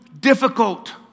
difficult